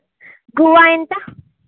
guava ఎంత